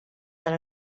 van